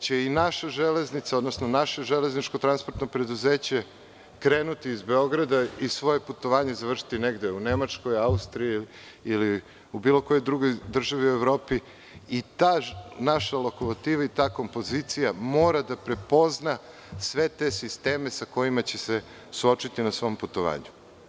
će i naše železničko transportno preduzeće krenuti iz Beograda i svoje putovanje završiti negde u Nemačkoj, Austriji ili u bilo kojoj drugoj državi u Evropi i ta naša lokomotiva i ta naša kompozicija moraju da prepoznaju sve te sisteme sa kojima će se suočiti na svom putovanju.